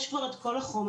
יש כבר את כל החומר,